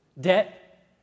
debt